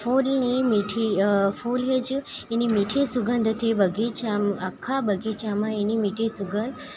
ફૂલની મેથી ફુલેજ એની મીઠી સુગંધથી બગીચામ આખા બગીચામાં એની મીઠી સુગંધ